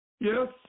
Yes